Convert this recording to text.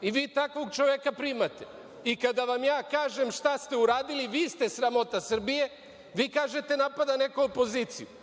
I vi takvog čoveka primate. I kada vam ja kažem šta ste uradili, vi ste sramota Srbije, vi kažete – napada neko opoziciju.